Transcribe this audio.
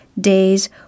days